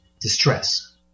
distress